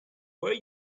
where